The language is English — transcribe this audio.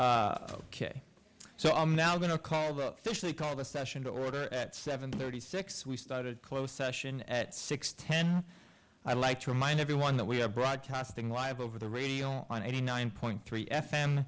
so ok so i'm now going to call the fish they call the session to order at seven thirty six we started close session at six ten i like to remind everyone that we are broadcasting live over the radio on eighty nine point three f m